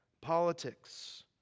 politics